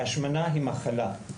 השמנה היא מחלה,